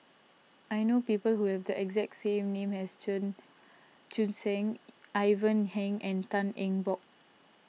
I know people who have the exact same name as Chen Ivan Heng and Tan Eng Bock